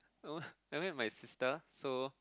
uh I met my sister so